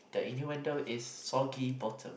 that innuendo is sulky bottom